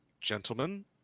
Gentlemen